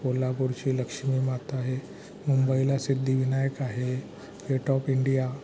कोल्हापूरची लक्ष्मी माता आहे मुंबईला सिद्धिविनायक आहे गेट ऑफ इंडिया